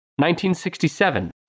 1967